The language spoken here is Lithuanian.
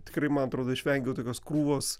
tikrai man atrodo išvengiau tokios krūvos